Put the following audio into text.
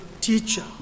teacher